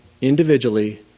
individually